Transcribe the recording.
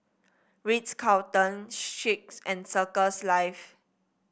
Ritz Carlton Schicks and Circles Life